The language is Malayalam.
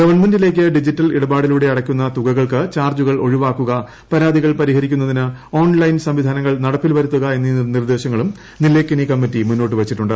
ഗവൺമെന്റിലേക്ക് ഡിജിറ്റൽ ഇടപാടിലൂടെ അടയ്ക്കുന്ന തുകകൾക്ക് ചാർജ്ജുകൾ ഒഴിവാക്കുക പരാതികൾ പരിഹരിക്കുന്നതിന് ഓൺലൈൻ സംവിധാനങ്ങൾ നടപ്പിൽവരുത്തുക എന്നീ നിർദ്ദേശങ്ങളും നിലേക്കനി കമ്മറ്റി മുന്നോട്ടുവച്ചിട്ടുണ്ട്